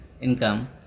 income